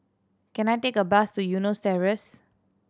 can I take a bus to Eunos Terrace